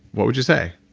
what would you say?